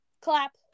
Clap